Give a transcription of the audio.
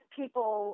people